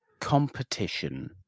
competition